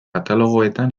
katalogoetan